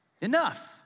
enough